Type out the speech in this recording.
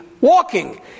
walking